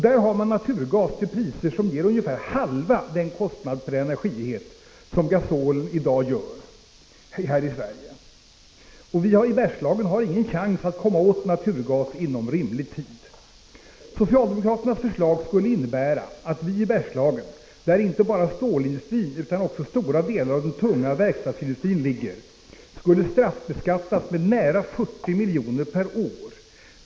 Där har man naturgas till priser som ger ungefär halva den kostnad per energienhet som gasol i dag har här i Sverige. Vi i Bergslagen har ingen chans att komma åt naturgas inom rimlig tid. Socialdemokraternas förslag skulle innebära att vi i Bergslagen, där inte bara stålindustrin utan också stora delar av den tunga verkstadsindustrin ligger, skulle straffbeskattas med nära 40 milj.kr. per år.